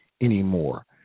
anymore